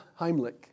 Heimlich